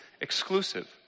exclusive